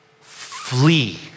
Flee